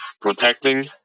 protecting